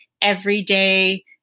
everyday